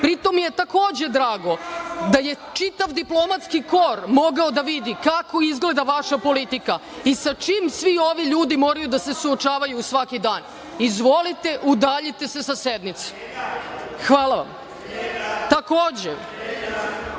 Pritom mi je takođe drago da je čitav diplomatski kor mogao da vidi kako izgleda vaša politika i sa čim svi ovi ljudi moraju da se suočavaju svaki dan. Izvolite, udaljite se sa sednice. Hvala vam. Takođe,